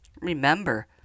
Remember